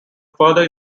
further